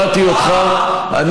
אותך.